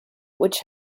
which